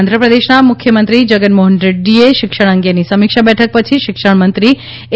આંધ્રપ્રદેશના મુખ્યમંત્રી જગનમોહન રેડ્ડીએ શિક્ષણ અંગેની સમીક્ષા બેઠક પછી શિક્ષણમંત્રી એ